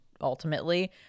ultimately